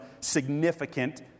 significant